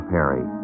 Perry